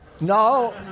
No